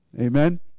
Amen